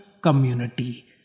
community